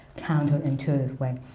counterintuitive way.